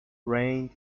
rained